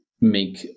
make